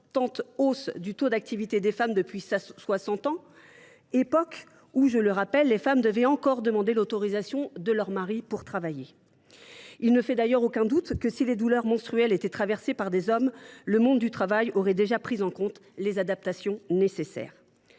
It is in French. hausse du taux d’activité des femmes depuis soixante ans, depuis une époque où, je le rappelle, les femmes devaient encore demander l’autorisation de leur mari pour travailler. Il ne fait d’ailleurs aucun doute que, si les douleurs menstruelles étaient subies par des hommes, le monde du travail aurait déjà mis en œuvre les adaptations nécessaires.